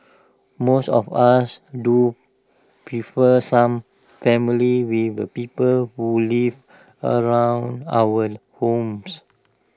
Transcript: most of us do prefer some family with the people who live around our homes